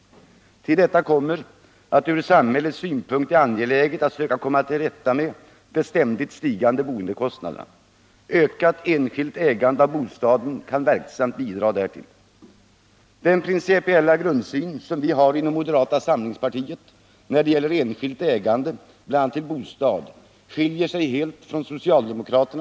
Till detta kommer att det från samhällets synpunkt är angeläget att söka komma till rätta med de ständigt stigande boendekostnaderna. Ökat enskilt ägande av bostaden kan verksamt bidra därtill. Den principiella grundsyn som vi har inom moderata samlingspartiet när det bl.a. gäller enskilt ägande till bostad skiljer sig helt från socialdemokraternas.